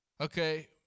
Okay